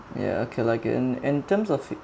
ya okay like in in terms of